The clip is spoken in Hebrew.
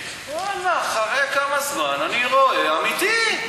ואללה, אחרי כמה זמן אני רואה: אמיתי.